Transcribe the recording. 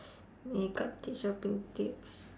makeup tips shopping tips